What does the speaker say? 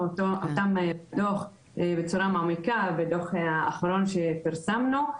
אותם בדו"ח האחרון שפרסמנו בצורה מעמיקה,